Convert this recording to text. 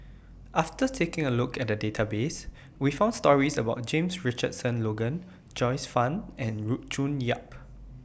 after taking A Look At The Database We found stories about James Richardson Logan Joyce fan and June Yap